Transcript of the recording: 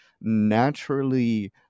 naturally